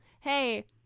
Hey